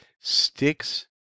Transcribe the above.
sticks